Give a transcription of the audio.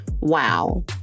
wow